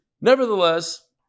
Nevertheless